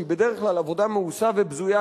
שהיא בדרך כלל עבודה מאוסה ובזויה,